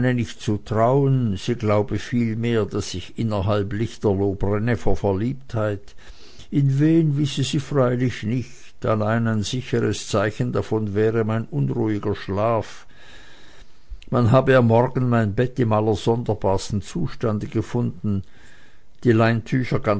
nicht zu trauen sie glaube vielmehr daß ich innerhalb lichterloh brenne vor verliebtheit in wen wisse sie freilich nicht allein ein sicheres zeichen davon wäre mein unruhiger schlaf man habe am morgen mein bett im allersonderbarsten zustande gefunden die